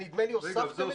נדמה לי שהוספתם את זה.